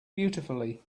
beautifully